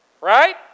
Right